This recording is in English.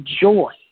joy